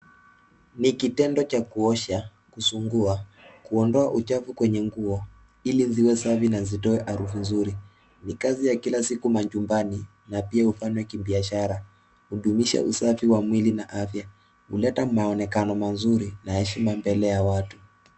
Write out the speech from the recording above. Ni kitendo cha kuosha, kusugua, kuondoa uchafu kwenye nguo, ili ziwe safi na zitoe harufu nzuri. Ni kazi ya kila siku majumbani na pia upande wa kibiashara, hudumisha usafi wa mwili na afya, huleta maonekano mazuri na heshima mbele ya watu.